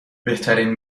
بهترین